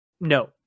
no